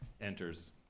enters